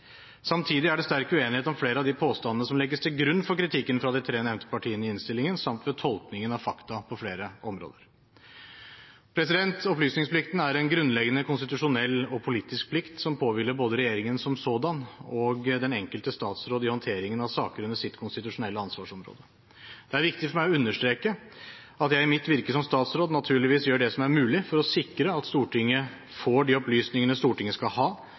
Samtidig er det sterk uenighet om flere av de påstandene som legges til grunn for kritikken fra de tre nevnte partiene i innstillingen, samt ved tolkningen av fakta på flere områder. Opplysningsplikten er en grunnleggende konstitusjonell og politisk plikt som påhviler både regjeringen som sådan og den enkelte statsråd i håndteringen av saker under sitt konstitusjonelle ansvarsområde. Det er viktig for meg å understreke at jeg i mitt virke som statsråd naturligvis gjør det som er mulig for å sikre at Stortinget får de opplysningene Stortinget skal ha